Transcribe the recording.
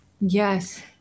Yes